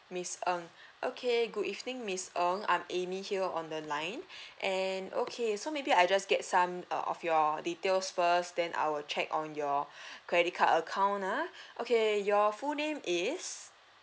miss ng okay good evening miss ng I'm amy here on the line and okay so maybe I just get some uh of your details first then I will check on your credit card account ah okay your full name is